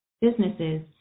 businesses